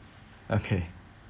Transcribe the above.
okay